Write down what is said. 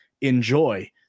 Enjoy